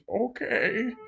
okay